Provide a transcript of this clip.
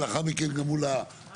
ולאחר מכן גם בשיתוף.